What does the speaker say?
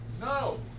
no